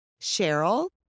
Cheryl